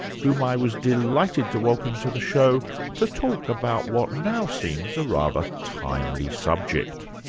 whom i was delighted to welcome to the show to talk about what now seems a rather timely subject.